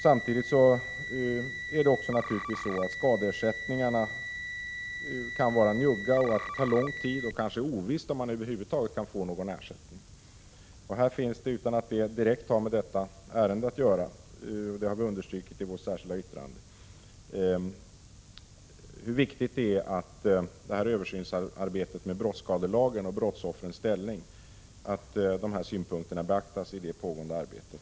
Samtidigt är det så att skadeersättningarna kan vara njugga. Förfarandet tar lång tid, och det kan vara ovisst om man över huvud taget kan få någon ersättning. Vi har också understrukit i vårt särskilda yttrande hur viktigt det är att dessa synpunkter beaktas i arbetet med en översyn av brottsskadelagen och brottsoffrens ställning.